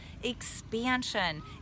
expansion